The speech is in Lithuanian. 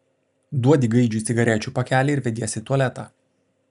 duodi gaidžiui cigarečių pakelį ir vediesi į tualetą